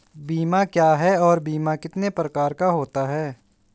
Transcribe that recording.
बीमा क्या है और बीमा कितने प्रकार का होता है?